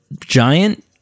giant